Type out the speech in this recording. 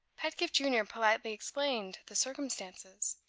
pedgift junior politely explained the circumstances,